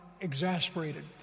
exasperated